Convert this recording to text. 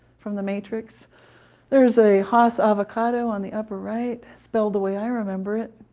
from the matrix there's a haas avocado on the upper right, spelled the way i remember it.